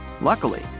Luckily